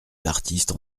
d’artistes